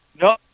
No